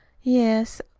yes,